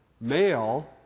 Male